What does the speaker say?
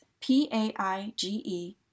P-A-I-G-E